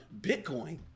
Bitcoin